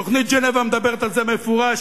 תוכנית ז'נבה מדברת על זה במפורש,